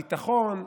ביטחון.